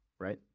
right